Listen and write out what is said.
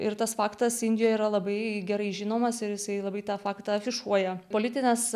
ir tas faktas indijoj yra labai gerai žinomas ir jisai labai tą faktą afišuoja į politines